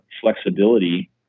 flexibility